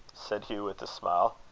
said hugh, with a smile,